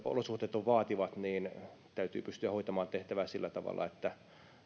olosuhteet ovat vaativat suomalaiset kriisinhallintajoukot pystyvät hoitamaan tehtävää sillä tavalla että